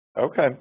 Okay